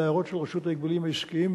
להערות של רשות ההגבלים העסקיים,